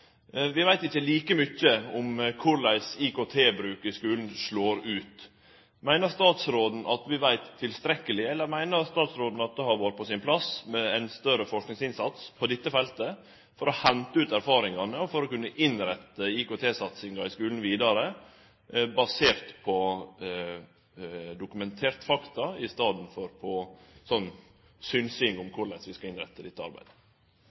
veit tilstrekkeleg, eller meiner ho at det hadde vore på sin plass med ein større forskingsinnsats på dette feltet – for å hente ut erfaringane og for å kunne innrette IKT-satsinga i skulen vidare, basert på dokumenterte fakta i staden for på synsing om korleis vi skal innrette dette arbeidet?